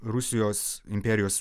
rusijos imperijos